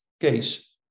case